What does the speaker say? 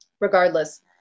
regardless